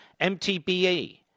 MTBE